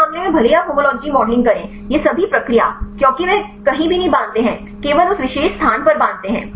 इस मामले में भले ही आप होमोलॉजी मॉडलिंग करें ये सभी प्रक्रिया क्योंकि वे कहीं भी नहीं बाँधते हैं केवल उस विशेष स्थान पर बाँधते हैं